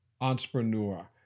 entrepreneur